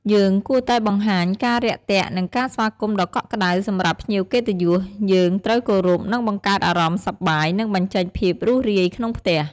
យើងគួរតែបង្ហាញការរាក់ទាក់ និងការស្វាគមន៍ដ៏កក់ក្តៅ សម្រាប់ភ្ញៀវកិត្តិយស យើងត្រូវគោរព និងបង្កើតអារម្មណ៍សប្បាយ និងបញ្ចេញភាពរួសរាយក្នុងផ្ទះ។